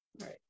right